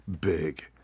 big